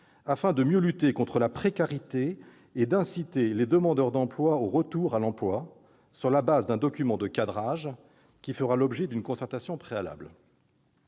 afin de mieux lutter contre la précarité et d'inciter les demandeurs d'emploi au retour à l'emploi, sur la base d'un document de cadrage qui fera l'objet d'une concertation préalable.